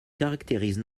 caractérise